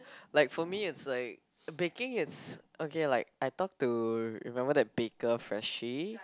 like for me it's like baking it's okay like I talk to remember that baker freshie